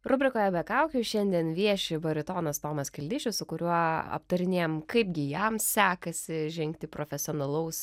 rubrikoje be kaukių šiandien vieši baritonas tomas kildišius su kuriuo aptarinėjam kaipgi jam sekasi žengti profesionalaus